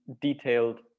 detailed